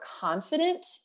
confident